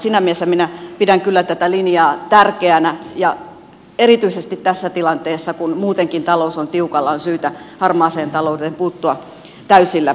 siinä mielessä minä pidän kyllä tätä linjaa tärkeänä ja erityisesti tässä tilanteessa kun muutenkin talous on tiukalla on syytä harmaaseen talouteen puuttua täysillä